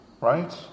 right